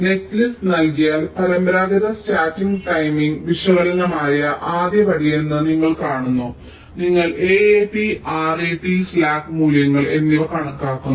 netlist നൽകിയാൽ പരമ്പരാഗത static timing വിശകലനമാണ് ആദ്യ പടി എന്ന് നിങ്ങൾ കാണുന്നു നിങ്ങൾ AAT RAT സ്ലാക്ക് മൂല്യങ്ങൾ എന്നിവ കണക്കാക്കുന്നു